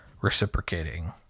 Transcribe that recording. reciprocating